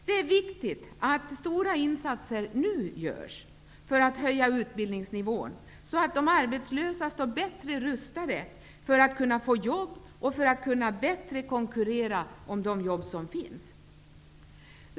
Det är viktigt att stora insatser nu görs för att höja utbildningsnivån, så att de arbetslösa står bättre rustade för att kunna få jobb och för att bättre kunna konkurrera om de jobb som finns.